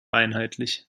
einheitlich